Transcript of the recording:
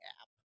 app